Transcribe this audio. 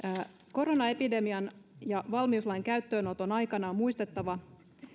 koronaepidemian ja valmiuslain käyttöönoton aikana on muistettava